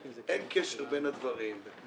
אין קשר בין הדברים.